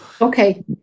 Okay